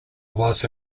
was